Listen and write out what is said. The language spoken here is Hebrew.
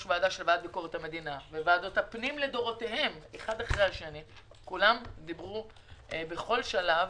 של ועדות לביקורת המדינה וועדות הפנים לדורותיהם כולם דיברו בכל שלב